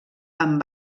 amb